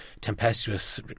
tempestuous